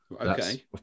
Okay